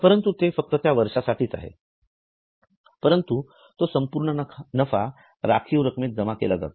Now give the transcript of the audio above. परंतु ते फक्त त्या वर्षासाठीच आहे परंतु तो संपूर्ण नफा राखीव रकमेत जमा केला जातो